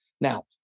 Now